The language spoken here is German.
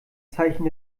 zeichen